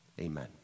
Amen